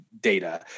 data